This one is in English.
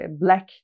black